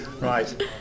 Right